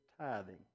tithing